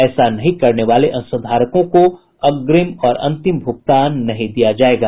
ऐसा नहीं करने वाले अंशधारकों को अग्रिम और अंतिम भुगतान नहीं दिया जायेगा